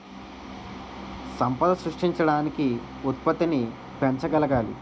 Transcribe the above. సంపద సృష్టించడానికి ఉత్పత్తిని పెంచగలగాలి